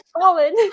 fallen